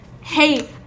Hey